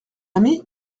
ami